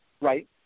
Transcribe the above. Right